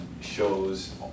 shows